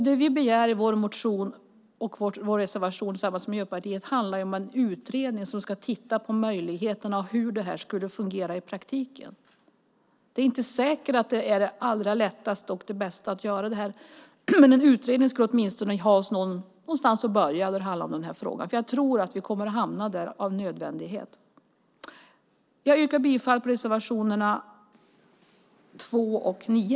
Det vi begär i vår reservation tillsammans med Miljöpartiet handlar om en utredning som ska titta på hur det skulle kunna fungera i praktiken. Det är inte säkert att det är det allra lättaste och bästa att göra det, men en utredning skulle ändå vara någonting att börja med i denna fråga. Jag tror att vi med nödvändighet kommer att hamna där. Jag yrkar bifall till reservationerna 2 och 9.